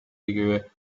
იგივე